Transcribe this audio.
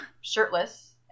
shirtless